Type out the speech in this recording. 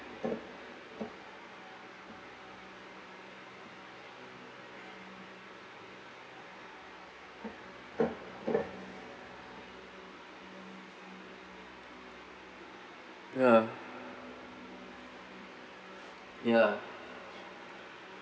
ya ya